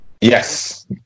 Yes